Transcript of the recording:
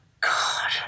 God